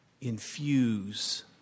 infuse